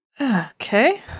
Okay